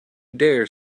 dare